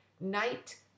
Night